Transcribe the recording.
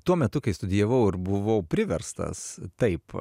tuo metu kai studijavau ir buvau priverstas taip